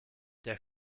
der